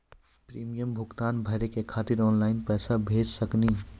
Premium भुगतान भरे के खातिर ऑनलाइन पैसा भेज सकनी?